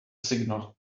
signal